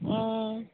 आं